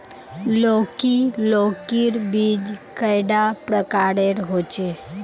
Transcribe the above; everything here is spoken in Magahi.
लौकी लौकीर बीज कैडा प्रकारेर होचे?